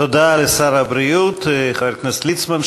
תודה לשר הבריאות חבר הכנסת ליצמן.